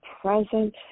present